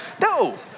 no